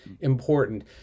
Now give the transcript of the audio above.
important